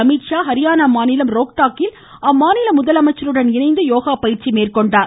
அமித்ஷா அரியானா மாநிலம் ரோக்டாக்கில் அம்மாநில முதலமைச்சருடன் இணைந்து யோகா பயிற்சி மேற்கொண்டார்